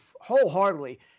wholeheartedly